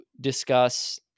discuss